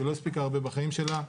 שלא הספיקה הרבה בחיים שלה,